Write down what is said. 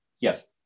yes